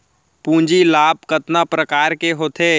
पूंजी लाभ कतना प्रकार के होथे?